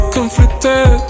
Conflicted